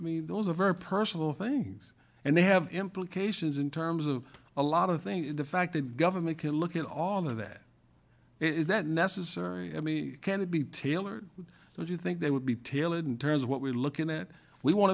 i mean those are very personal things and they have implications in terms of a lot of things the fact that government can look at all of that is that necessary i mean can it be tailored do you think they would be tailored in terms of what we're looking at we want